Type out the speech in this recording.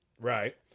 Right